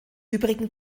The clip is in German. übrigen